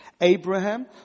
Abraham